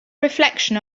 reflection